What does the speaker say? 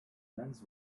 lens